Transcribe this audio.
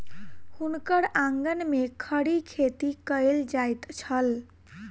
हुनकर आंगन में खड़ी खेती कएल जाइत छल